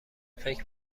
فکر